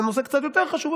זה מושג קצת יותר חשוב,